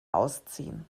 ausziehen